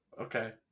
Okay